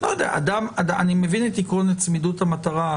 אני מבין את עקרון צמידות המטרה,